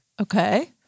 Okay